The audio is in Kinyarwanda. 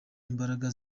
imbaraga